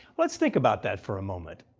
lets think about that for a moment.